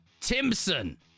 Timson